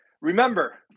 remember